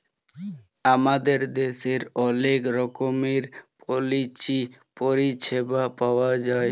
আমাদের দ্যাশের অলেক রকমের পলিচি পরিছেবা পাউয়া যায়